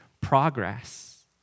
progress